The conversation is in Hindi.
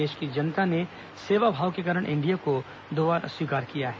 देश की जनता ने सेवाभाव के कारण एनडीए को दोबारा स्वीकार किया है